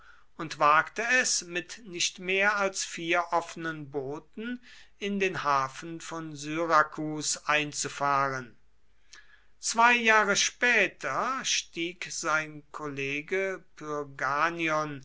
und wagte es mit nicht mehr als vier offenen booten in den hafen von syrakus einzufahren zwei jahre später stieg sein kollege